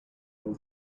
will